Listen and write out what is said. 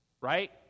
Right